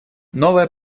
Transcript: новое